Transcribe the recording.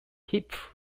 hip